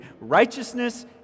righteousness